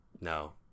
No